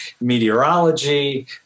meteorology